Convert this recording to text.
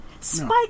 Spike